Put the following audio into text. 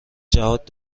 جهات